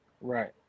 Right